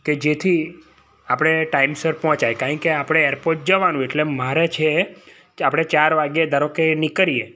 કે જેથી આપણે ટાઈમસર પહોંચાય કાંઈ કે આપણે એરપોર્ટ જવાનું એટલે મારે છે કે આપણે ચાર વાગે ધારો કે આપણે નિકળીએ